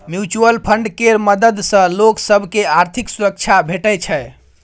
mutual fund केर मदद सँ लोक सब केँ आर्थिक सुरक्षा भेटै छै